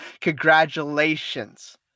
Congratulations